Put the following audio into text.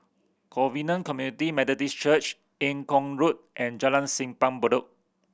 Covenant Community Methodist Church Eng Kong Road and Jalan Simpang Bedok